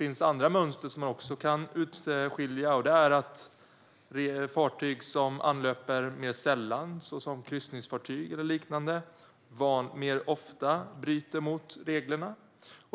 Man kan också urskilja andra mönster. Fartyg som anlöper hamn mer sällan, såsom kryssningsfartyg eller liknande, bryter mer ofta mot reglerna.